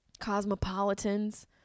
Cosmopolitans